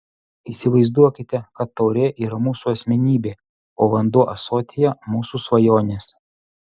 įsivaizduokite kad taurė yra mūsų asmenybė o vanduo ąsotyje mūsų svajonės